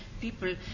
people